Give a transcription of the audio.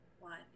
one